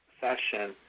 session